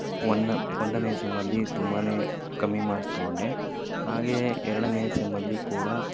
ಒನ್ನ ಒಂದನೇ ಸೆಮ್ಮಲ್ಲಿ ತುಂಬಾ ಕಮ್ಮಿ ಮಾರ್ಕ್ಸ್ ತಗೊಂಡೆ ಹಾಗೇ ಎರಡನೇ ಸೆಮ್ಮಲ್ಲಿ ಕೂಡಾ